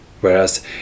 whereas